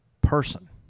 person